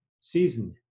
seasoned